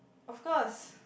of course